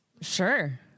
Sure